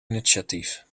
initiatief